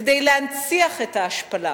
כדי להנציח את ההשפלה,